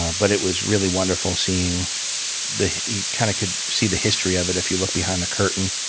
but it was really wonderful seeing the you kind of could see the history of it if you looked behind the curtain.